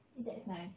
that's nice